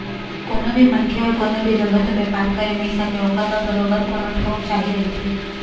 कोनो भी मनखे ह कोनो भी जघा तो बेपार करे नइ सकय ओखर बर बरोबर कोनो ठउर चाही रहिथे